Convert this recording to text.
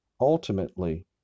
Ultimately